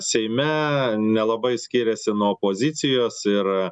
seime nelabai skiriasi nuo opozicijos ir